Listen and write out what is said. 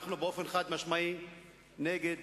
אנחנו באופן חד-משמעי נגד